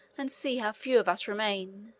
and see how few of us remain.